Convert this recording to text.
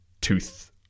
tooth